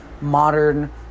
modern